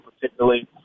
particularly